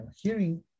hearing